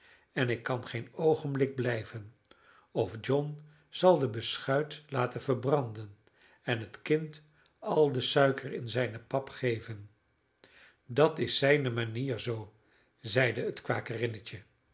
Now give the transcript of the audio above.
en ik kan geen oogenblik blijven of john zal de beschuit laten verbranden en het kind al de suiker in zijne pap geven dat is zijne manier zoo zeide het